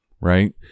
right